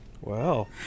Wow